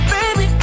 Baby